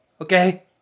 Okay